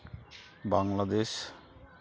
Bangladesh